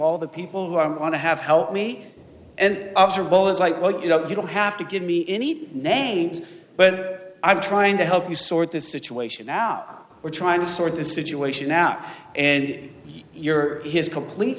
all the people who want to have helped me and others are bogus like well you know if you don't have to give me any names but i'm trying to help you sort this situation out we're trying to sort this situation out and you're his complete